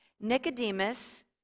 nicodemus